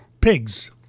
Pigs